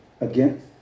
again